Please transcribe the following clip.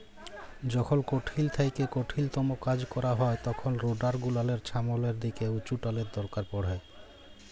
যখল কঠিল থ্যাইকে কঠিলতম কাজ ক্যরা হ্যয় তখল রোডার গুলালের ছামলের দিকে উঁচুটালের দরকার পড়হে